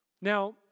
Now